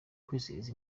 kwizihiza